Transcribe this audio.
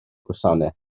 gwasanaeth